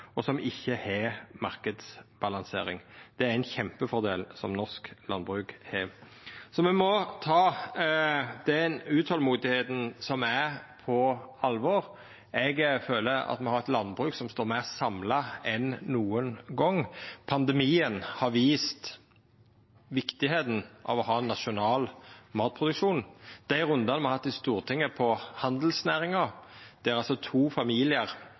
og som ikkje har marknadsbalansering. Det er ein kjempefordel som norsk landbruk har. Me må ta det utolmodet som er, på alvor. Eg føler at me har eit landbruk som står meir samla enn nokon gong. Pandemien har vist viktigheita av å ha ein nasjonal matproduksjon. Når det gjeld dei rundane me har hatt i Stortinget med tanke på handelsnæringa, der to familiar